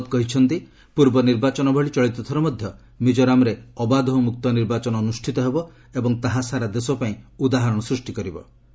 ଶ୍ରୀ ରାଓ୍ୱତ୍ କହିଛନ୍ତି ପୂର୍ବ ନିର୍ବାଚନ ଭଳି ଚଳିତ ଥର ମଧ୍ୟ ମିଜୋରାମ୍ରେ ଅବାଧ ଓ ମୁକ୍ତ ନିର୍ବାଚନ ଅନୁଷ୍ଠିତ ହେବ ଏବଂ ତାହା ସାରା ଦେଶପାଇଁ ଉଦାହରଣ ସୃଷ୍ଟି କରିବ